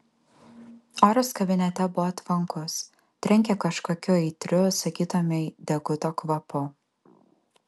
oras kabinete buvo tvankus trenkė kažkokiu aitriu sakytumei deguto kvapu